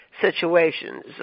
situations